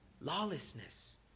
lawlessness